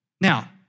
Now